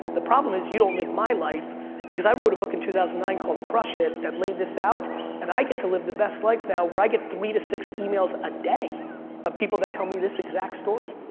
the problem is you don't live my life because i wrote a book in two thousand and nine called crush it! that laid this out and i get to live the best life now where i get three to six emails a day of people that tell me this exact story,